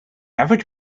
average